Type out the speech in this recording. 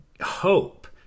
hope